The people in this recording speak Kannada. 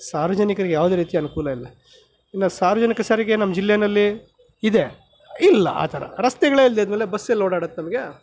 ಸಾರ್ವಜನಿಕರಿಗೆ ಯಾವುದೇ ರೀತಿಯ ಅನುಕೂಲ ಇಲ್ಲ ಇನ್ನು ಸಾರ್ವಜನಿಕ ಸಾರಿಗೆ ನಮ್ಮ ಜಿಲ್ಲೆಯಲ್ಲಿ ಇದೆ ಇಲ್ಲ ಆ ಥರ ರಸ್ತೆಗಳೇ ಇಲ್ಲದೆ ಇದ್ದಮೇಲೆ ಬಸ್ಸೆಲ್ಲಿ ಓಡಾಡತ್ತೆ ನಮಗೆ